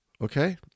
Okay